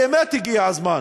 באמת הגיע הזמן,